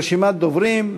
יש לנו רשימת דוברים.